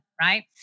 right